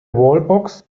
wallbox